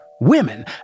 Women